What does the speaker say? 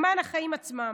למען החיים עצמם.